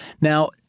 Now